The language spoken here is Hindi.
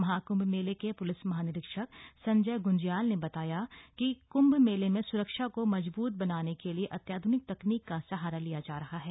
महाकृंभ मेले के प्लिस महानिरीक्षक संजय ग्ंज्याल ने बताया क्ंभ मेले में स्रक्षा को मजबूत बनाने के लिए अत्याधुनिक तकनीक का सहारा लिया जा रहा है